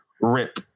rip